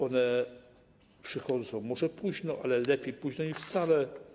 One przychodzą może późno, ale lepiej późno niż wcale.